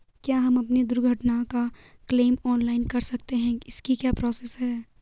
क्या हम अपनी दुर्घटना का क्लेम ऑनलाइन कर सकते हैं इसकी क्या प्रोसेस है?